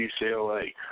UCLA